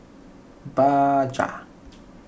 Bajaj